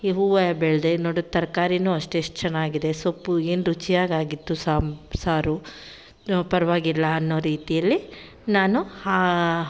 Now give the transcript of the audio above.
ಈ ಹೂವು ಬೆಳೆದೆ ನೋಡು ತರ್ಕಾರಿನೂ ಅಷ್ಟೇ ಎಷ್ಟು ಚೆನ್ನಾಗಿದೆ ಸೊಪ್ಪು ಏನು ರುಚಿಯಾಗಾಗಿತ್ತು ಸಾಂಬ್ ಸಾರು ಪರವಾಗಿಲ್ಲ ಅನ್ನೋ ರೀತಿಯಲ್ಲಿ ನಾನು ಹಾ